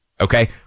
Okay